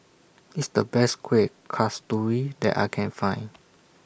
This The Best Kuih Kasturi that I Can Find